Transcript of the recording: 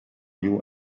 you